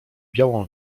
białą